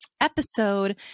Episode